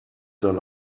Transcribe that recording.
sein